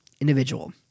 individual